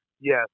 yes